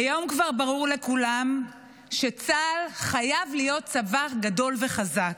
היום כבר ברור לכולם שצה"ל חייב להיות צבא גדול וחזק.